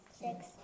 Six